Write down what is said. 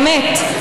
באמת,